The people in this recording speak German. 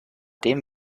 dem